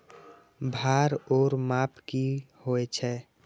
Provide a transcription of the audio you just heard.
भार ओर माप की होय छै?